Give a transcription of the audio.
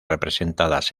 representadas